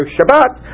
Shabbat